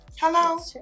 Hello